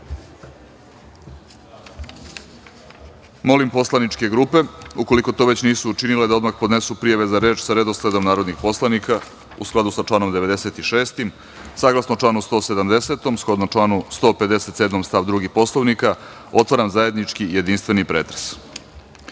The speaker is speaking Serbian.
poslaničke grupe, ukoliko to već nisu učinile, da odmah podnesu prijave za reč sa redosledom narodnih poslanika, u skladu sa članom 96.Saglasno članu 170, a shodno članu 157. stav 2. Poslovnika, otvaram zajednički jedinstveni pretres. Da